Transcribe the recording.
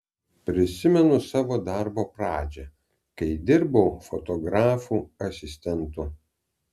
prisimenu savo darbo pradžią kai dirbau fotografų asistentu